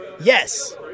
Yes